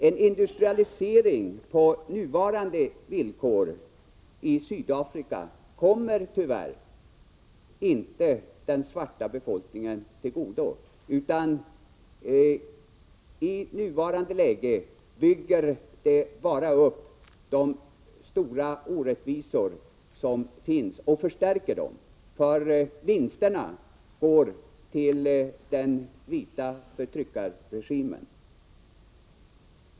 En industrialisering i Sydafrika på nuvarande villkor kommer tyvärr inte den svarta befolkningen till godo. I nuläget förstärker en industrialisering i stället de stora orättvisor som finns. Vinsterna går till den vita förtryckarregimen.